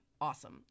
awesome